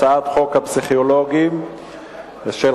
הצעת חוק הפסיכולוגים (תיקון,